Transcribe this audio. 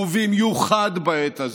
ובמיוחד בעת הזאת,